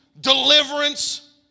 deliverance